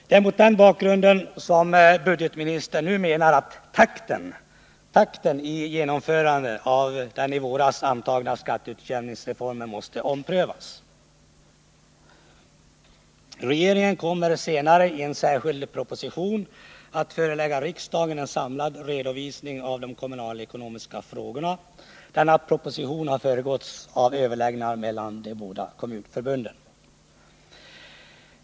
Det är mot den bakgrunden som budgetministern nu menar att trakten i genomförandet av den i våras antagna skatteutj ämningsreformen måste omprövas. Regeringen kommer senare, i en särskild proposition, att förelägga riksdagen en samlad redovisning av de kommunalekonomiska frågorna. Denna proposition har föregåtts av överläggningar mellan de båda kommunförbunden.